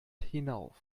hinauf